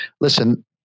listen